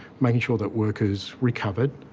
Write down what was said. making sure that workers recovered,